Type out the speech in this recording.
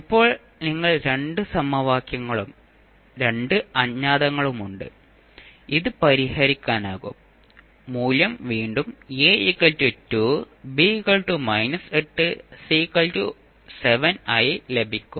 ഇപ്പോൾ നിങ്ങൾക്ക് രണ്ട് സമവാക്യങ്ങളും രണ്ട് അജ്ഞാതങ്ങളുമുണ്ട് ഇത് പരിഹരിക്കാനാകും മൂല്യം വീണ്ടും A 2 B −8 C 7 ആയി ലഭിക്കും